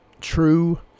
true